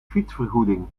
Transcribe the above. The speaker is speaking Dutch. fietsvergoeding